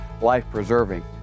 life-preserving